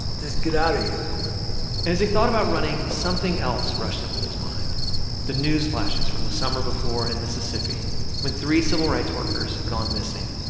just get out of here as he thought about running, something else rushed into his mind the news flashes from the summer before in mississippi when three civil rights workers had gone missing,